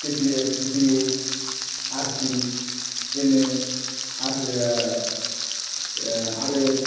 K T F duke R C N S R R S